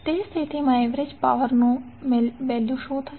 તે સ્થિતિમાં average power શું થશે